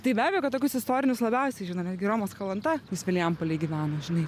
tai be abejo kad tokius istorinius labiausiai žino netgi romas kalanta jis vilijampolėj gyveno žinai